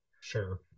Sure